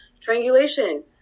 Triangulation